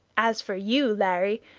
as for you, larry,